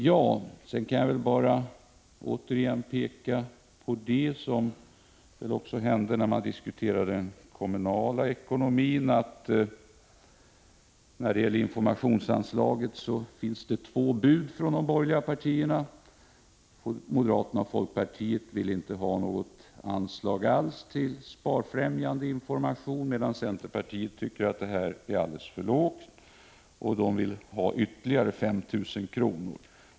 Jag vill bara återigen peka på att det — som väl också händer i debatten om den kommunala ekonomin — finns två bud från de borgerliga partierna när det gäller informationsanslaget. Moderaterna och folkpartiet vill inte ha något anslag alls till sparfrämjande information, medan centerpartiet tycker att det föreslagna beloppet är alldeles för lågt och vill ha ytterligare 5 milj.kr.